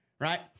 right